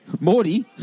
Morty